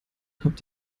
habt